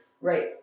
Right